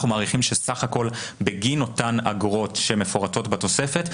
אנחנו מעריכים שסך הכול בגין אותן אגרות שמפורטות בתוספת,